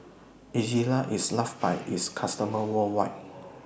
Ezerra IS loved By its customers worldwide